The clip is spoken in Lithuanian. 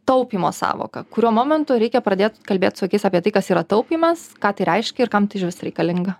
taupymo sąvoka kuriuo momentu reikia pradėt kalbėt su vaikais apie tai kas yra taupymas ką tai reiškia ir kam išvis reikalinga